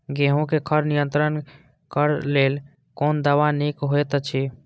गेहूँ क खर नियंत्रण क लेल कोन दवा निक होयत अछि?